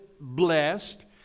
blessed